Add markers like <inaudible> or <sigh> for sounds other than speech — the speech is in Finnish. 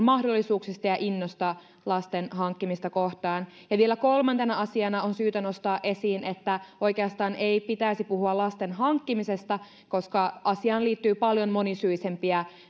<unintelligible> mahdollisuuksista ja innosta lasten hankkimista kohtaan ja vielä kolmantena asiana on syytä nostaa esiin että oikeastaan ei pitäisi puhua lasten hankkimisesta koska asiaan liittyy paljon monisyisempiä